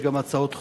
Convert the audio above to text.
יש גם הצעות חוק,